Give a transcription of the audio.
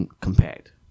compact